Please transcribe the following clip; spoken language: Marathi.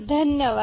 धन्यवाद